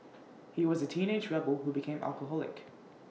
he was A teenage rebel who became alcoholic